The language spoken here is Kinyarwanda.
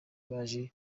baje